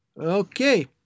Okay